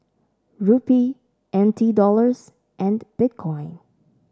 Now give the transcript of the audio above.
Rupee N T Dollars and Bitcoin